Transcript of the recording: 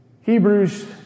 Hebrews